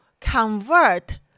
convert